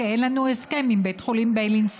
כי אין לנו הסכם עם בית החולים בילינסון.